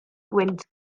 gwynt